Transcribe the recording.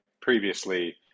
Previously